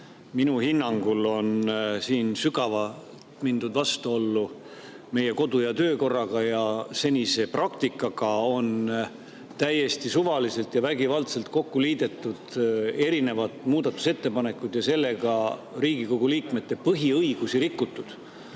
Minu hinnangul on siin mindud sügavalt vastuollu meie kodu‑ ja töökorraga ning senise praktikaga. Täiesti suvaliselt ja vägivaldselt on kokku liidetud erinevad muudatusettepanekud ja sellega Riigikogu liikmete põhiõigusi rikutud.